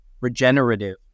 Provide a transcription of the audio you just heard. regenerative